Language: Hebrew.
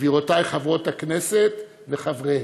גבירותי חברות הכנסת וחבריה